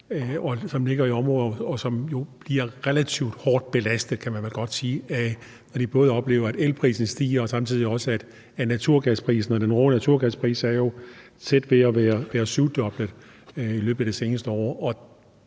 som ligger i områder, der bliver relativt hårdt belastet, kan man vel godt sige, hvor de både oplever, at elprisen stiger, og at naturgasprisen stiger. Den årlige naturgaspris er jo tæt ved at være syvdoblet i løbet af det seneste år,